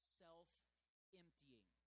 self-emptying